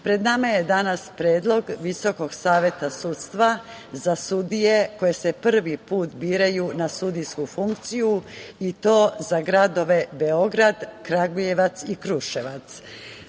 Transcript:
pred nama je danas predlog VSS za sudije koji se prvi put biraju na sudijsku funkciju, i to za gradove Beograd, Kragujevac i Kruševac. Najpre